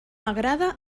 agrada